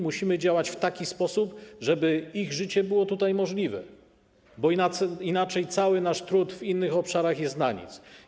Musimy działać w taki sposób, żeby ich życie tutaj było możliwe, bo inaczej cały nasz trud w innych obszarach jest na nic.